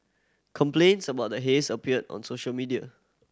complaints about the haze appeared on social media